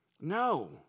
No